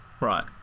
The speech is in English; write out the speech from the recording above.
Right